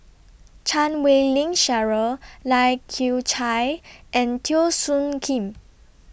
Chan Wei Ling Cheryl Lai Kew Chai and Teo Soon Kim